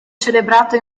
celebrato